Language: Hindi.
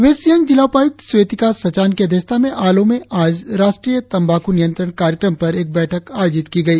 वेस्ट सियांग जिला उपायुक्त स्वेतिका सचान की अध्यक्षता में आलो में आज राष्ट्रीय तंबाकू नियंत्रण कार्यक्रम पर एक बैठक आयोजित की गई